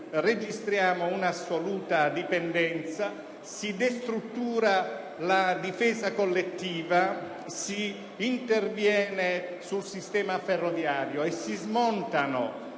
registriamo un'assoluta dipendenza; si destruttura la difesa collettiva; si interviene sul sistema ferroviario e si smontano